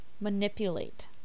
manipulate